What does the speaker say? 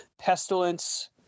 Pestilence